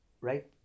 right